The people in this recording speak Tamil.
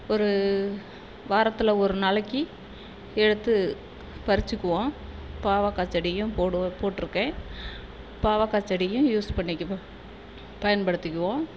ஒரு வாரத்தில் ஒரு நாளைக்கு எடுத்து பறிச்சுக்குவோம் பாவக்காய் செடியும் போடு போட்டிருக்கேன் பாவக்காய் செடியும் யூஸ் பண்ணிக்குவேன் பயன்படுத்திக்குவோம்